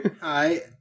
Hi